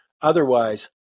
Otherwise